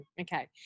okay